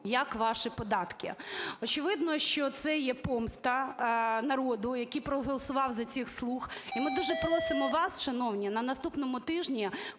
як ваші податки. Очевидно, що це є помста народу, які проголосували за цих "слуг". І ми дуже просимо вас, шановні, на наступному тижні,